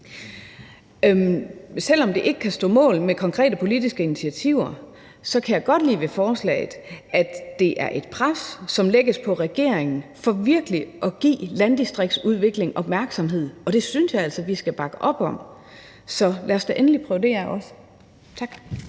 Selv om det ikke kan stå mål med konkrete politiske initiativer, kan jeg godt lide ved forslaget, at det er et pres, som lægges på regeringen for virkelig at give landdistriktsudvikling opmærksomhed, og det synes jeg altså vi skal bakke op om. Så lad os da endelig prøve det af også. Tak.